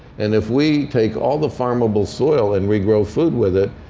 and if we take all the farmable soil and we grow food with it,